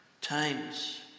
times